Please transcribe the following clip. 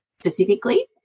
specifically